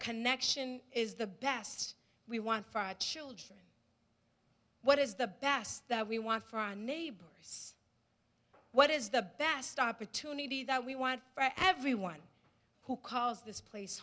connection is the best we want for our children what is the best that we want for our neighbors what is the best opportunity that we want everyone who calls this place